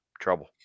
trouble